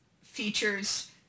features